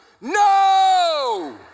no